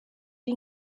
ari